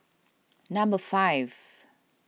number five